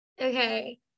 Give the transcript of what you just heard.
Okay